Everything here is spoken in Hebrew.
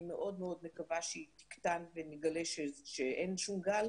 אני מאוד מאוד מקווה שהיא תקטן ונגלה שאין שום גל.